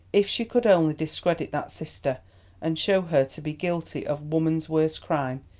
if she could only discredit that sister and show her to be guilty of woman's worst crime,